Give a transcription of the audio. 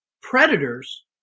predators